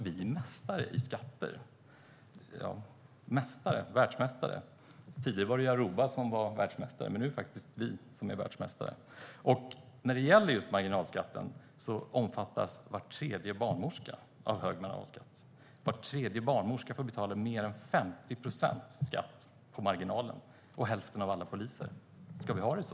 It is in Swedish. Vi är världsmästare i skatter. Tidigare var det Aruba som var världsmästare, men nu är det faktiskt vi som är världsmästare. Var tredje barnmorska omfattas av höjd marginalskatt. Var tredje barnmorska och hälften av alla poliser får betala mer än 50 procent skatt på marginalen. Ska vi ha det så?